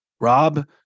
rob